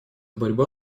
борьба